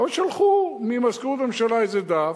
אבל שלחו ממזכירות הממשלה איזה דף,